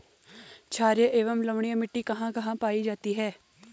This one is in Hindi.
छारीय एवं लवणीय मिट्टी कहां कहां पायी जाती है?